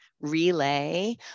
relay